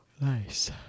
Nice